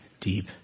deep